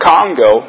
Congo